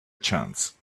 chance